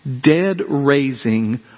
dead-raising